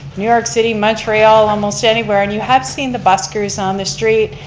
new york city, montreal, almost anywhere and you have seen the buskers on the street.